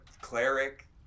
cleric